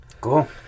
Cool